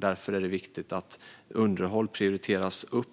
Därför är det viktigt att underhåll prioriteras upp.